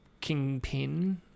kingpin